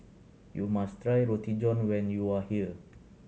you must try Roti John when you are here